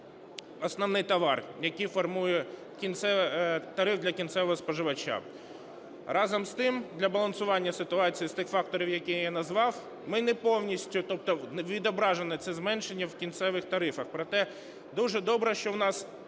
основний товар, який формує тариф для кінцевого споживача. Разом з тим, для балансування ситуації з тих факторів, які я назвав, ми не повністю… тобто відображене це зменшення в кінцевих тарифах. Проте дуже добре, що в нас